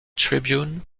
tribune